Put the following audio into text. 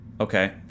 Okay